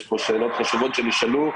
יש פה שאלות חשובות שנשאלו.